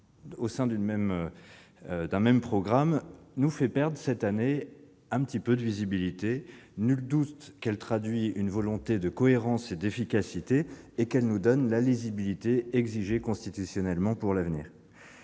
au sein d'un même programme nous fait perdre un peu de visibilité cette année. Nul doute qu'elle traduit une volonté de cohérence et d'efficacité et qu'elle nous donne la lisibilité exigée constitutionnellement pour l'avenir.